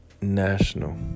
national